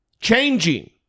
changing